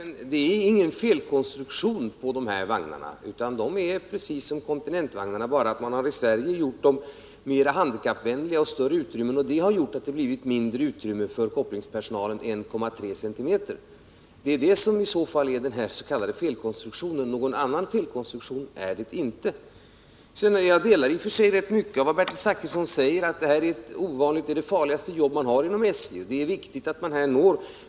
Herr talman! Det är ingen felkonstruktion på de här vagnarna, utan de är precis som kontinentvagnarna, bara med den skillnaden att man i Sverige har gjort dem mera handikappvänliga genom att öka det invändiga utrymmet i dem. Den s.k. felkonstruktionen består i att det blivit mindre utrymme för . kopplingspersonalen, 1,3 cm. Någon annan felkonstruktion är det inte. Jag instämmer i och för sig i rätt mycket av vad Bertil Zachrisson säger om att kopplingsarbetet är det farligaste jobb man har inom SJ.